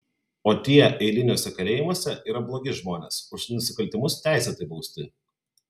o tie eiliniuose kalėjimuose yra blogi žmonės už nusikaltimus teisėtai bausti